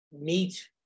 meet